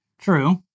True